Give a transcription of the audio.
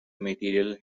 material